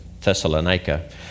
Thessalonica